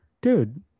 dude